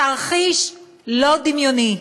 תרחיש לא דמיוני,